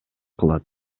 кылат